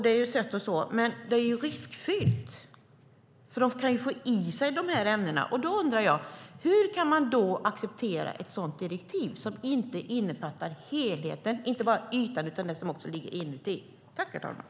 Det är sött, men det är riskfyllt. De kan få i sig de här ämnena. Jag undrar: Hur kan man acceptera ett sådant direktiv som inte innefattar helheten? Det handlar inte bara om ytan utan också om det som är inuti.